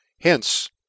Hence